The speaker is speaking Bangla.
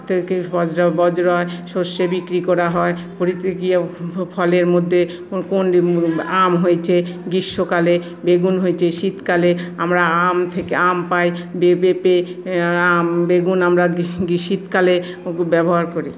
বজ্র বজ্র হয় শস্যে বিক্রি করা হয় করতে গিয়ে ফ ফলের মধ্যে কোন আম হয়েছে গ্রীষ্মকালে বেগুন হয়েছে শীতকালে আমরা আম থেকে আম পাই বে পেঁপে আর আম বেগুন আমরা গি শীতকালে ব্যবহার করি